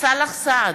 סאלח סעד,